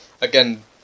again